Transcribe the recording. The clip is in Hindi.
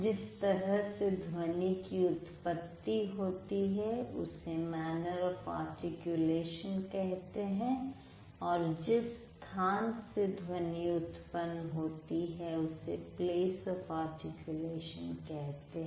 जिस तरह से ध्वनि की उत्पत्ति होती है उसे मैनर् आफ आर्टिकुलेशन कहते हैं और जिस स्थान से ध्वनि उत्पन्न होती है उसे प्लेस आफ आर्टिकुलेशन कहते हैं